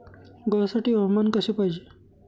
गव्हासाठी हवामान कसे पाहिजे?